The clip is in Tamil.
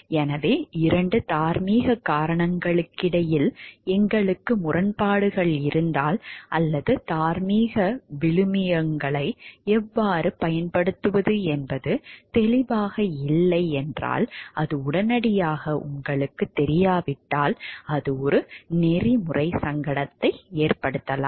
எனவே இரண்டு தார்மீக காரணங்களுக்கிடையில் எங்களுக்கு முரண்பாடுகள் இருந்தால் அல்லது தார்மீக விழுமியங்களை எவ்வாறு பயன்படுத்துவது என்பது தெளிவாக இல்லை என்றால் அது உடனடியாக உங்களுக்குத் தெரியாவிட்டால் அது ஒரு நெறிமுறை சங்கடத்தை ஏற்படுத்தலாம்